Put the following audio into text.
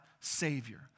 Savior